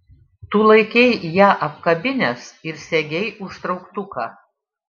tu laikei ją apkabinęs ir segei užtrauktuką